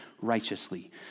righteously